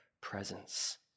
presence